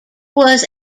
was